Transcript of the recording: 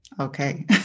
okay